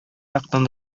яктан